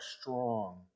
strong